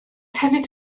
hefyd